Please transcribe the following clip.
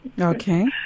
Okay